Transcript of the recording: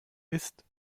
ist